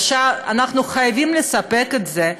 אנחנו חייבים לספק את זה.